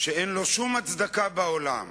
שאין לו שום הצדקה בעולם.